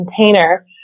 Container